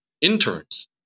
interns